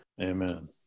amen